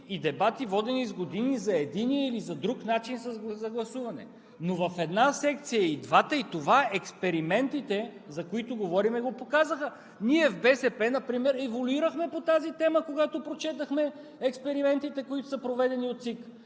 и дебати, водени с години за един или за друг начин на гласуване, но в една секция и двата – експериментите, за които говорим, го показаха. Ние в БСП например еволюирахме по тази тема, когато прочетохме експериментите, проведени от ЦИК.